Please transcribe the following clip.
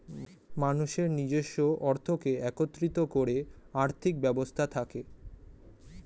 মানুষের নিজস্ব অর্থকে একত্রিত করে আর্থিক ব্যবস্থা থাকে